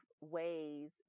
ways